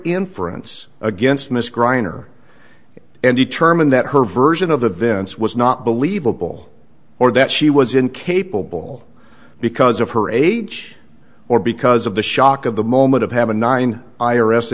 inference against miss crying or and determine that her version of events was not believable or that she was incapable because of her age or because of the shock of the moment of have a nine i